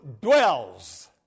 dwells